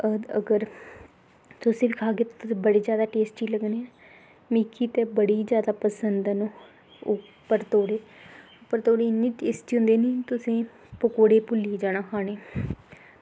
अगर तुस बी खागै ते तुसें गी बड़ी जादा टेस्ट लग्गनी ते मिगी ते बड़ी जादा पसंद न ओह् उप्पर तोड़ी उप्पर तोड़ी इन्नी टेस्टी लग्गनी तुसेंगी पकौड़े भुल्ली जाना खानै गी